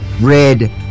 red